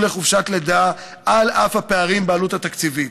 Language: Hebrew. לחופשת לידה על אף הפערים בעלות התקציבית.